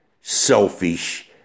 selfish